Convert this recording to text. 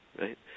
right